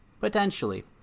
Potentially